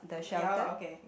ya okay